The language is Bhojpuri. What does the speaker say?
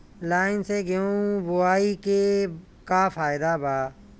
लाईन से गेहूं बोआई के का फायदा बा?